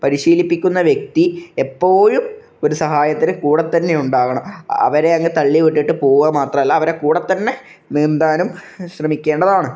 പരിശീലിപ്പിക്കുന്ന വ്യക്തി എപ്പോഴും ഒരു സഹായത്തിന് കൂടെ തന്നെ ഉണ്ടാകണം അവരെ അങ്ങ് തള്ളി വിട്ടിട്ട് പോകുക മാത്രല്ല അവരെ കൂടെ തന്നെ നീന്താനും ശ്രമിക്കേണ്ടതാണ്